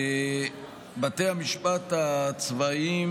בתי המשפט הצבאיים